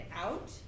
out